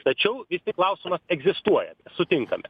tačiau vis tik klausimas egzistuoja sutinkame